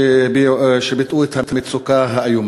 שביטאו את המצוקה האיומה.